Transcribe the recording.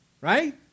right